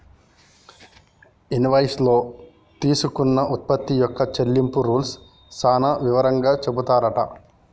invoice లో తీసుకున్న ఉత్పత్తి యొక్క చెల్లింపు రూల్స్ సాన వివరంగా చెపుతారట